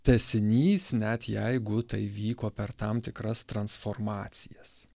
tęsinys net jeigu tai vyko per tam tikras transformacijas